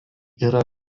yra